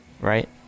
right